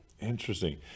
Interesting